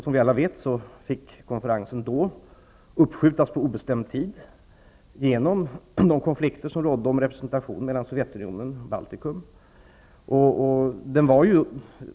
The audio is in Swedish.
Som vi alla vet fick konferensen uppskjutas på obestämd tid på grund av de konflikter som rådde om representation mellan Sovjetunionen och Baltikum.